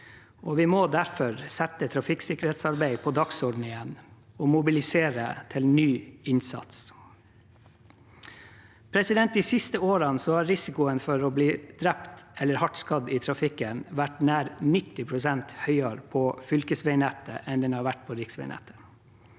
vi må derfor sette trafikksikkerhetsarbeidet på dagsordenen igjen og mobilisere til ny innsats. De siste årene har risikoen for å bli drept eller hardt skadd i trafikken vært nær 90 pst. høyere på fylkesveinettet enn den har vært på riksveinettet.